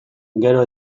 gero